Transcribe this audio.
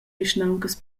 vischnauncas